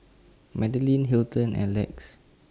Madilyn Hilton and Lex